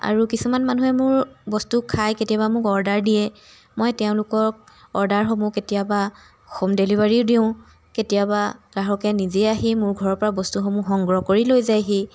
আৰু কিছুমান মানুহে মোৰ বস্তু খাই কেতিয়াবা মোক অৰ্ডাৰ দিয়ে মই তেওঁলোকক অৰ্ডাৰসমূহ কেতিয়াবা হোম ডেলিভাৰীও দিওঁ কেতিয়াবা গ্ৰাহকে নিজে আহি মোৰ ঘৰৰ পৰা বস্তুসমূহ সংগ্ৰহ কৰি লৈ যায়হি